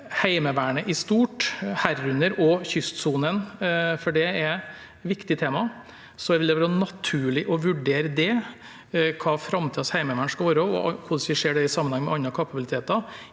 Heimevernet i stort – herunder kystsonen, for det er et viktig tema – vil det være naturlig å vurdere hva framtidens heimevern skal være, og hvordan vi ser det i sammenheng med andre kapabiliteter